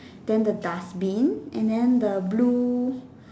then the dustbin and then the blue